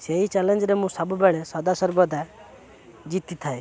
ସେଇ ଚ୍ୟାଲେଞ୍ଜରେ ମୁଁ ସବୁବେଳେ ସଦା ସର୍ବଦା ଜିତିଥାଏ